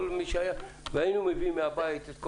היינו מביאים מהבית.